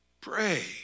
pray